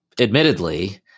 admittedly